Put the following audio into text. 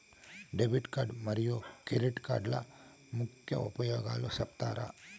Debit card మరియు credit కార్డుల ముఖ్య ఉపయోగాలు సెప్తారా?